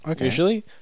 usually